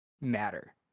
matter